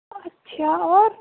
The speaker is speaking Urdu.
اچھا اور